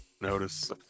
notice